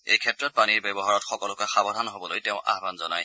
এই ক্ষেত্ৰত পানীৰ ব্যৱহাৰত সকলোকে সাৱধান হ'বলৈ তেওঁ আহান জনায়